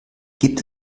gibt